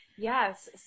Yes